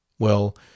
Well